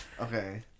Okay